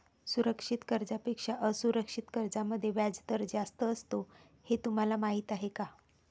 सुरक्षित कर्जांपेक्षा असुरक्षित कर्जांमध्ये व्याजदर जास्त असतो हे तुम्हाला माहीत आहे का?